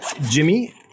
Jimmy